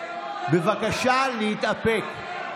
בבקשה, להתאפק.